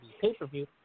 pay-per-view